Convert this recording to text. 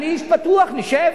אני איש פתוח, נשב.